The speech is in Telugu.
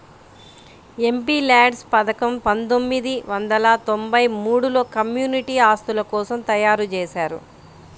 ఎంపీల్యాడ్స్ పథకం పందొమ్మిది వందల తొంబై మూడులో కమ్యూనిటీ ఆస్తుల కోసం తయ్యారుజేశారు